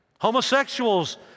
homosexuals